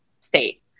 state